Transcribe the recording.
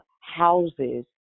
houses